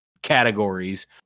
categories